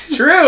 True